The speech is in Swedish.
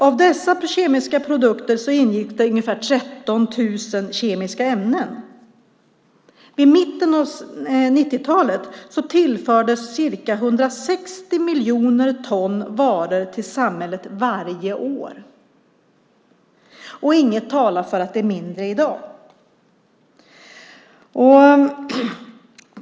I dessa kemiska produkter ingick ungefär 13 000 kemiska ämnen. I mitten av 90-talet tillfördes ca 160 miljoner ton varor till samhället varje år, och inget talar för att det är mindre i dag.